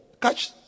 Catch